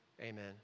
amen